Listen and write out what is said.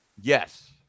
Yes